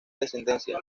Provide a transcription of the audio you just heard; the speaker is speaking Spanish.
descendencia